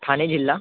ठाणे जिल्हा